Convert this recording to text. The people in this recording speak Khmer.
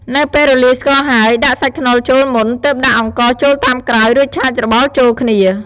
នៅពេលរលាយស្ករហើយ ដាក់សាច់ខ្នុរចូលមុន ទើបដាក់អង្ករចូលតាមក្រោយ រួចឆាច្របល់ចូលគ្នា។